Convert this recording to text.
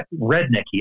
rednecky